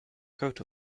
coat